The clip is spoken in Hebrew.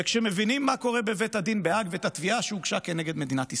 וכשמבינים מה קורה בבית הדין בהאג ואת התביעה שהוגשה כנגד מדינת ישראל,